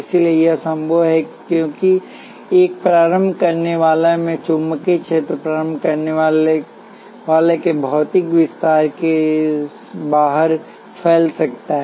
इसलिए यह संभव है क्योंकि एक प्रारंभ करने वाला में चुंबकीय क्षेत्र प्रारंभ करने वाला के भौतिक विस्तार के बाहर फैल सकता है